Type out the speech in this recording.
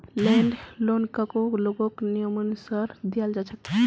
land लोनकको लोगक नियमानुसार दियाल जा छेक